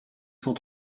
cent